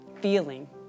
feeling